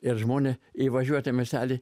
ir žmonės įvažiuoti į miestelį